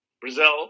Brazil